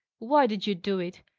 why did you do it?